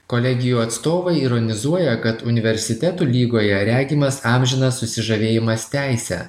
kolegijų atstovai ironizuoja kad universitetų lygoje regimas amžinas susižavėjimas teise